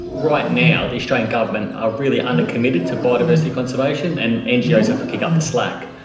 right now, the australian government are really under-committed to biodiversity conservation and ngos have to pick up the slack.